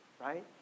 right